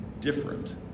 different